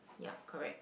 yup correct